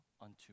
unto